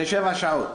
זה שבע שעות.